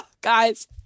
Guys